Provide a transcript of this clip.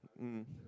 mm